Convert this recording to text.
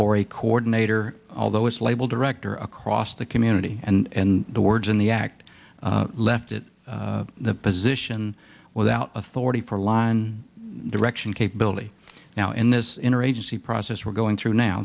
or a coordinator although it's labeled director across the community and the words in the act left it the position without authority for line direction capability now in this inner agency process we're going through now